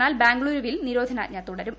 എന്നാൽ ബംഗളൂരുവിൽ നിരോധനാജ്ഞ തുടരും